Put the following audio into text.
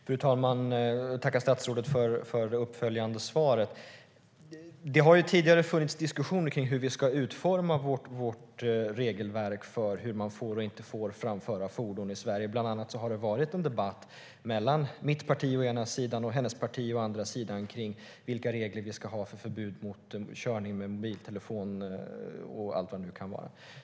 Fru talman! Jag tackar statsrådet för det uppföljande svaret. Det har tidigare förts diskussioner om hur vi ska utforma vårt regelverk för hur man får och inte får framföra fordon i Sverige. Bland annat har det förts en debatt mellan mitt parti å ena sidan och statsrådets parti å andra sidan om vilka regler vi ska ha för förbud mot körning med mobiltelefon och allt vad det nu kan vara.